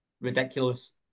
ridiculous